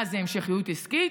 מה זה המשכיות עסקית?